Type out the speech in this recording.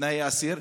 תנאי האסיר.